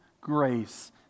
grace